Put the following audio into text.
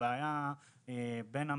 בעיה בין המשרדים,